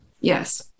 Yes